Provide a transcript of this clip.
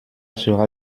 sera